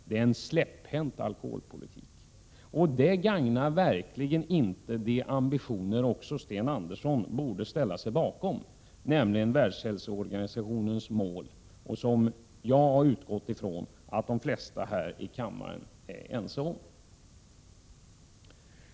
Det är en slapphänt alkoholpolitik, och det gagnar verkligen inte de ambitioner som även Sten Andersson borde ställa sig bakom, nämligen Världshälsoorganisationens mål, som jag har utgått ifrån att de flesta här i kammaren är ense om.